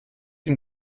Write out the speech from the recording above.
ihm